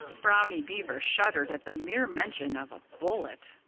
brownie beaver shuddered at the mere mention of a bullet.